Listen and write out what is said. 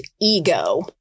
ego